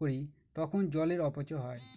করি তখন জলের অপচয় হয়